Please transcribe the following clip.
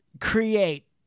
create